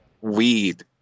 weed